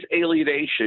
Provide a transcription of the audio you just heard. alienation